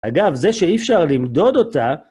אגב, זה שאי אפשר למדוד אותה,